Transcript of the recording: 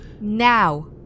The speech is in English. Now